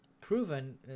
proven